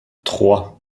trois